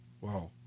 Wow